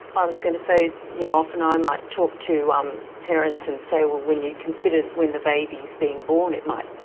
i was going to say you know often i might talk to um parents and say, well, when you consider when the baby's being born, it might,